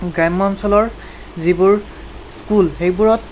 গ্ৰাম্য অঞ্চলৰ যিবোৰ স্কুল সেইবোৰত